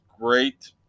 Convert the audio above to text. Great